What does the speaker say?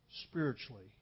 spiritually